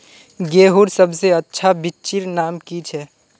गेहूँर सबसे अच्छा बिच्चीर नाम की छे?